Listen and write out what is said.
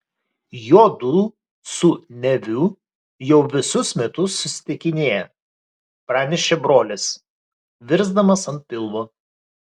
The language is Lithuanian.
juodu su neviu jau visus metus susitikinėja pranešė brolis virsdamas ant pilvo